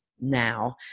now